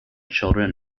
children